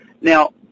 Now